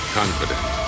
confident